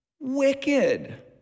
wicked